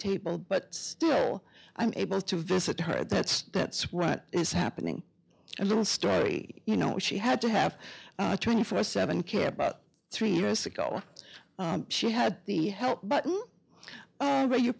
table but still i'm able to visit her that's that's what is happening a little story you know she had to have a twenty four seven care about three years ago she had the help button